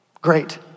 great